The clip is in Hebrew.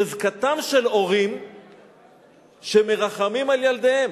חזקתם של הורים שמרחמים על ילדיהם,